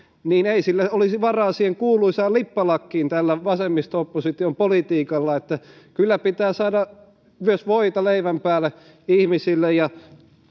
niin ei sillä olisi varaa siihen kuuluisaan lippalakkiin tällä vasemmisto opposition politiikalla kyllä pitää saada myös voita leivän päälle ihmisille ja